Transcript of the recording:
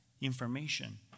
information